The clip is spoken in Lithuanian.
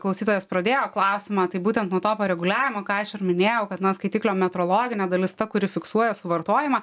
klausytojas pradėjo klausimą tai būtent nuo to pareguliavimo ką aš ir minėjau kad na skaitikliam metrologinė dalis ta kuri fiksuoja suvartojimą